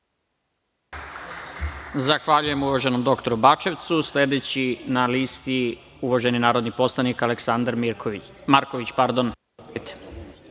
Zahvaljujem, uvaženom doktoru Bačevcu. Sledeći prijavljeni na listi, uvaženi narodni poslanik, Aleksandar Marković.